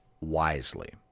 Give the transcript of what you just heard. wisely